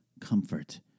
comfort